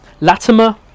Latimer